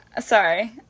sorry